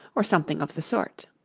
or something of the sort.